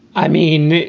i mean,